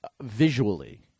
visually